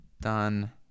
done